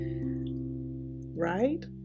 Right